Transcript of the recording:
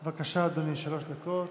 בבקשה, אדוני, שלוש דקות.